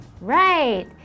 Right